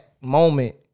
Moment